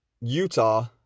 Utah